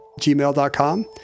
gmail.com